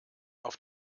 auf